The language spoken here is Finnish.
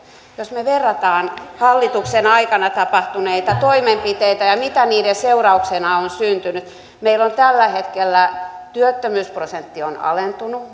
jos verrataan hallituksen aikana tapahtuneita toimenpiteitä ja sitä mitä niiden seurauksena on syntynyt meillä on tällä hetkellä työttömyysprosentti alentunut